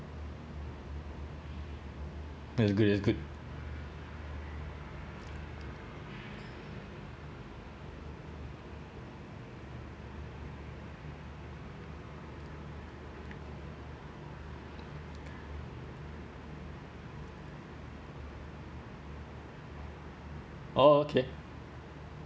it’s good it’s good oh okay